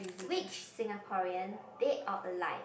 which Singaporean dead or alive